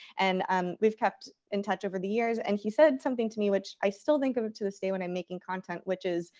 and um we've kept in touch over the years. and he said something to me which i still think of it to this day when i'm making content, which is,